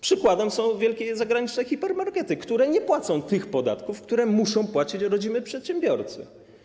Przykładem są wielkie zagraniczne hipermarkety, które nie płacą tych podatków, które muszą płacić rodzimi przedsiębiorcy.